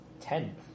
Ten